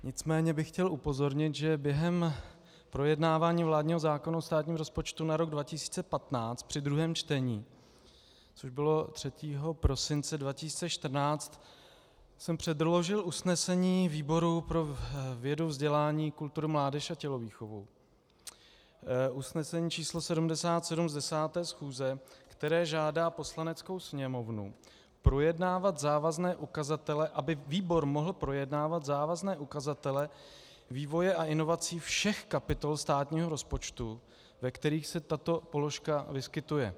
Nicméně bych chtěl upozornit, že během projednávání vládního zákona o státním rozpočtu na rok 2015 při druhém čtení, což bylo 3. prosince 2014, jsem předložil usnesení výboru pro vědu, vzdělání, kulturu, mládež a tělovýchovu, usnesení číslo 77 z 10. schůze, které žádá Poslaneckou sněmovnu, projednávat závazné ukazatele aby výbor mohl projednávat závazné ukazatele vývoje a inovací všech kapitol státního rozpočtu, ve kterých se tato položka vyskytuje.